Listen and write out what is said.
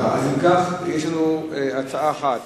אם כך, יש לנו הצעה אחת: